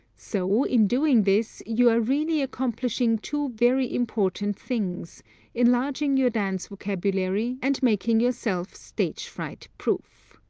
so in doing this you are really accomplishing two very important things, enlarging your dance vocabulary and making yourself stage-fright proof.